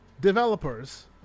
developers